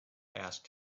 asked